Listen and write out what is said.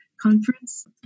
conference